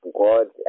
God